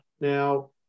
Now